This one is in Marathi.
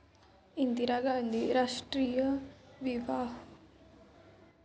इंदिरा गांधी राष्ट्रीय विधवा निवृत्तीवेतन योजनेसाठी अर्ज कसा करायचा?